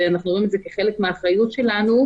אנחנו רואים את זה כחלק מהאחריות שלנו,